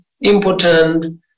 important